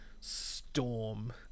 storm